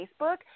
Facebook